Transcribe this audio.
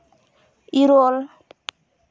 ᱤᱨᱟᱹᱞ